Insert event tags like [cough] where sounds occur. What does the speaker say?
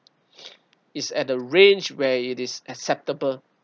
[noise] is at a range where it is acceptable